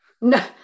no